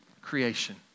creation